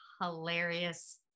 hilarious